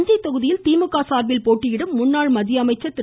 தஞ்சை தொகுதியில் திமுக சார்பில் போட்டியிடும் முன்னாள் மத்திய அமைச்சர் திரு